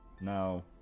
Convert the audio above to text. Now